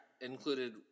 included